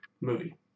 movie